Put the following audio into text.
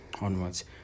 onwards